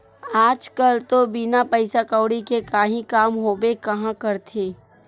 आज कल तो बिना पइसा कउड़ी के काहीं काम होबे काँहा करथे